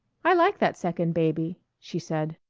i like that second baby, she said.